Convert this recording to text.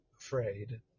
afraid